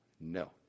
No